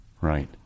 Right